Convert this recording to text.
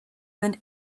than